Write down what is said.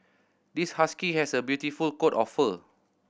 this husky has a beautiful coat of fur